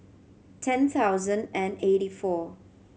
ten thousand and eighty four